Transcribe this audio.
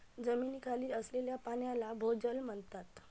जमिनीखाली असलेल्या पाण्याला भोजल म्हणतात